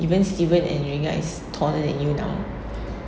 even steven and vengkat is taller than you tahu